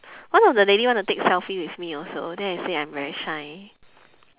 one of the lady want to take selfie with me also then I say I'm very shy